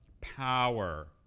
power